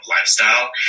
lifestyle